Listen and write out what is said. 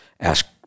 ask